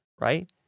right